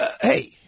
Hey